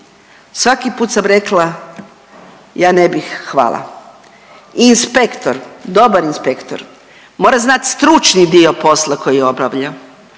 Svaki put sam rekla, ja ne bih, hvala. Inspektor, dobar inspektor mora znati stručni dio posla koji obavlja,